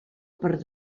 per